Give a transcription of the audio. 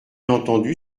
entendu